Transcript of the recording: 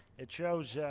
it shows